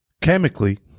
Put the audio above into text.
chemically